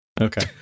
Okay